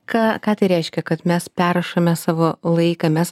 ką ką tai reiškia kad mes perrašome savo laiką mes